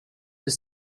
his